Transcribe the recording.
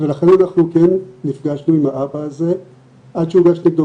ולכן אנחנו כן נפגשנו עם האבא הזה עד שהוגש נגדו